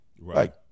right